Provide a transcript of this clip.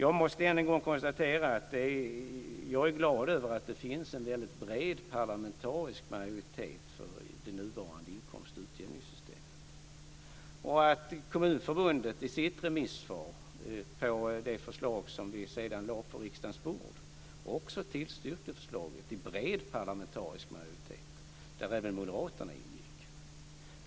Jag måste än en gång konstatera att jag är glad över att det finns en bred parlamentarisk majoritet för det nuvarande inkomstutjämningssystemet och att Kommunförbundet i sitt remissvar på det förslag som vi sedan lade på riksdagens bord också tillstyrkte förslaget. Det var en bred parlamentarisk majoritet där även moderaterna ingick.